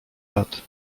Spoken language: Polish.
lat